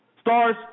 Stars